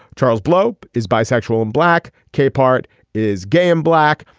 charles blow up is bisexual and black. capehart is gay and black.